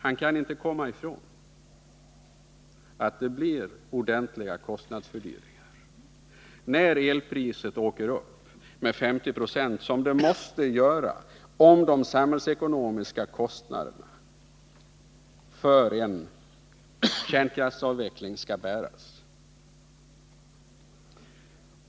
Han kan inte komma ifrån att det blir ordentliga kostnadsfördyringar när elpriset åker upp med 50 976, som det måste göra om de samhällsekonomiska kostnaderna för en kärnkraftsavveckling skall bäras.